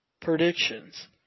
predictions